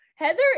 Heather